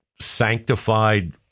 sanctified